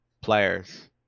players